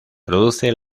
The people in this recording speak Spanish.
produce